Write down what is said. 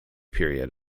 period